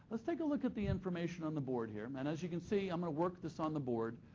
let's take a look at the information on the board here, and as you can see, i'm going to work this on the board,